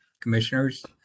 commissioners